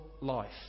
life